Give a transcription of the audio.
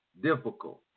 difficult